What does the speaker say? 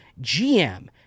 gm